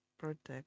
protect